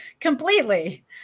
completely